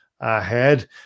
ahead